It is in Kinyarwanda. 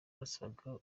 basabaga